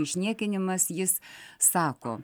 išniekinimas jis sako